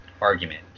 argument